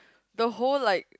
the whole like